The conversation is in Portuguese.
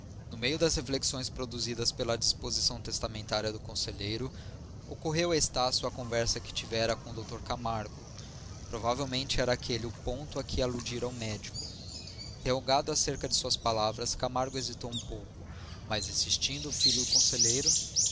no meio das reflexões produzidas pela disposição testamentária do conselheiro ocorreu a estácio a conversa que tivera com o dr camargo provavelmente era aquele o ponto a que aludira o médico interrogado acerca de suas palavras camargo hesitou um pouco mas insistindo o filho do conselheiro